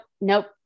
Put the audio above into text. nope